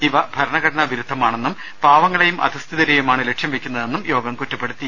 ഇവ ഭര ണഘടനാ വിരുദ്ധമാണെന്നും പാവങ്ങളെയും അധഃസ്ഥിതരെയുമാണ് ലക്ഷ്യം വയ്ക്കുന്നതെന്നും യോഗം കുറ്റപ്പെടുത്തി